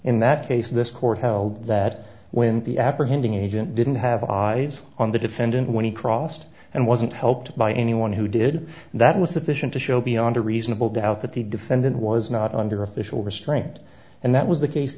in that case this court held that when the apprehending agent didn't have eyes on the defendant when he crossed and wasn't helped by anyone who did that was sufficient to show beyond a reasonable doubt that the defendant was not under official restraint and that was the case